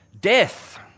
death